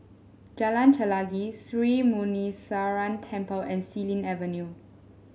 Jalan Chelagi Sri Muneeswaran Temple and Xilin Avenue